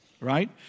right